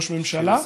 כראש ממשלה,